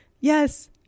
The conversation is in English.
yes